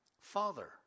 Father